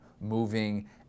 moving